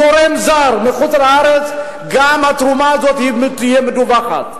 מתורם זר מחוץ-לארץ, גם התרומה הזאת תהיה מדווחת.